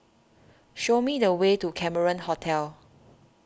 show me the way to Cameron Hotel